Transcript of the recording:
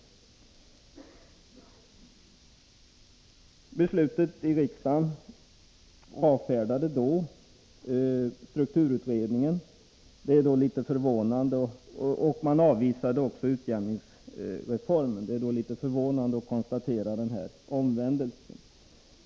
Genom beslutet i riksdagen avfärdades då strukturutredningen. Det är därför litet förvånande att konstatera den här omvändelsen.